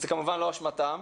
זאת כמובן לא אשמתם.